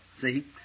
see